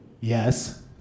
Yes